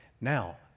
Now